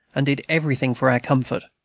and did everything for our comfort.